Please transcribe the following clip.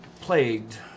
plagued